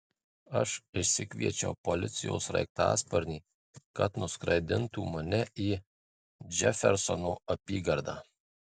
aš išsikviečiau policijos sraigtasparnį kad nuskraidintų mane į džefersono apygardą